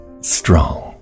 strong